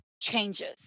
changes